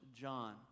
John